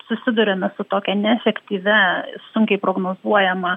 susiduriame su tokia neefektyvia sunkiai prognozuojama